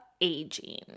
aging